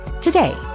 today